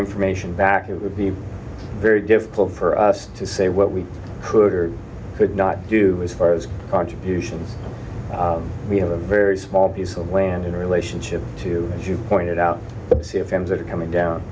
information back it would be very difficult for us to say what we could or could not do as far as contributions we have a very small piece of land in relationship to as you pointed out the fans that are coming down